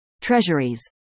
treasuries